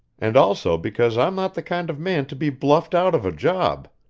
and also because i'm not the kind of man to be bluffed out of a job.